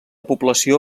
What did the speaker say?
població